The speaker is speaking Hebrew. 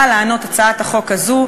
באה לענות הצעת החוק הזאת,